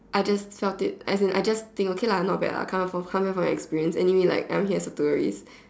I just felt it as in I just think okay lah not bad lah come here for come here for the experience anyway I'm here as a tourist